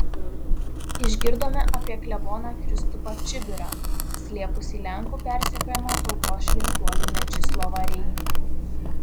išgirdome apie kleboną kristupą čibirą slėpusį lenkų persekiojamą tautos šviesuolį mečislovą reinį